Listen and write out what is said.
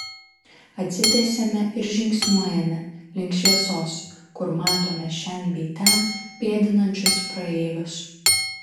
atsitiesiame ir žingsniuojame link šviesos kur matome šen bei ten pėdinančius praeivius